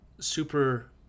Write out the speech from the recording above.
super